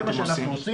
זה מה שאנחנו עושים.